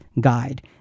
guide